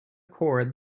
cord